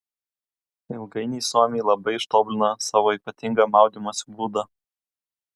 ilgainiui suomiai labai ištobulino savo ypatingą maudymosi būdą